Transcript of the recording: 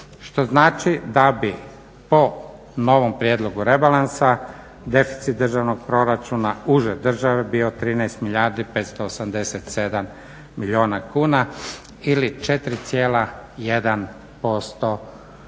Što znači da bi po novom prijedlogu rebalansa deficit državnog proračuna uže države bio 13 milijardu 587 milijuna kuna ili 4,1%